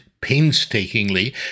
painstakingly